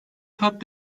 kat